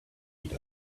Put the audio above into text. eat